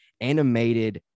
animated